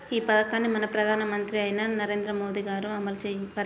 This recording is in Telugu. ఈ పథకాన్ని మన ప్రధానమంత్రి అయిన నరేంద్ర మోదీ గారు అమలు పరిచారు